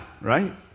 right